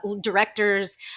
director's